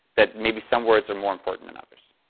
that maybe some words are more important than others.